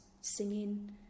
singing